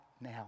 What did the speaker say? now